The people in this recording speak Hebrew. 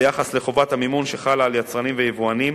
ביחס לחובת המימון שחלה על יצרנים ויבואנים,